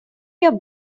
your